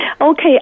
Okay